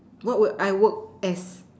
what would I work as